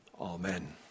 Amen